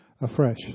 afresh